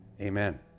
Amen